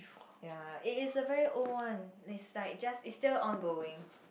ya it is a very old one it's like just it's still ongoing